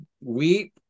wheat